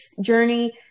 journey